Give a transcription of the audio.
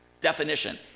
definition